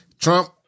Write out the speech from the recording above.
Trump